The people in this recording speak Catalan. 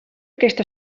aquesta